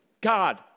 God